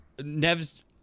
Nev's